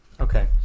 Okay